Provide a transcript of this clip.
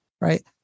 right